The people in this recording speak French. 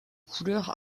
couleurs